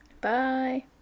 Bye